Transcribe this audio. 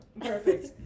Perfect